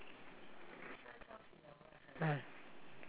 mm